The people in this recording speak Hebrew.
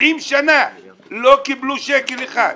70 שנים לא קיבלו שקל אחד.